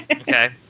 Okay